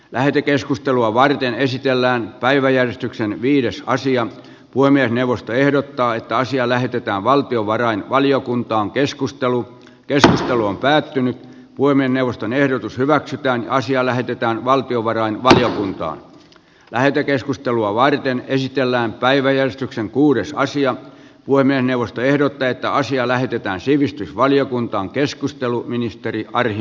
lähetekeskustelua varten esitellään päiväjärjestyksen viides asian puiminen neuvosto ehdottaa että asia lähetetään valtiovarainvaliokuntaan keskustelua kesä suojelu on päättynyt voimme neuvoston ehdotus hyväksytään asia lähetetään valtiovarainvaliokunta lähetekeskustelua varten esitellään päiväjärjestyksen kuudes naisia voimme neuvosto ehdottaa että asia lähetetään sivistysvaliokuntaan arvoisa herra puhemies